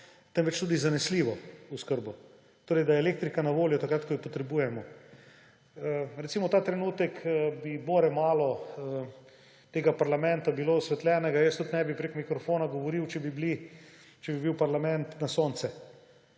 temveč tudi zanesljivo oskrbo, torej da je elektrika na voljo takrat, ko jo potrebujemo. Recimo ta trenutek bi bilo bore malo tega parlamenta osvetljenega, jaz tudi ne bi preko mikrofona govoril, če bi bil parlament na sonce,